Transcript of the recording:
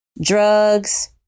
drugs